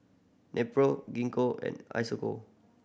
Nepro Gingko and Isocal